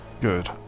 good